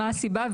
מה הסיבה?